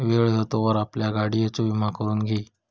वेळ हा तोवर आपल्या गाडियेचो विमा करून घी